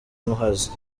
muhazi